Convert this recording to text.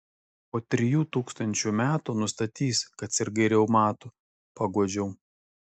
po trijų tūkstančių metų nustatys kad sirgai reumatu paguodžiau